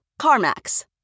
CarMax